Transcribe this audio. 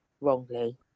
wrongly